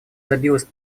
добилась